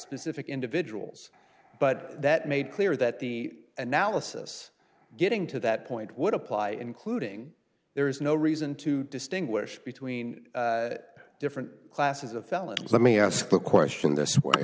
specific individuals but that made clear that the analysis getting to that point would apply including there is no reason to distinguish between different classes of felons let me ask the question th